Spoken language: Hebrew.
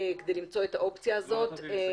כדי למצוא את האופציה הזאת.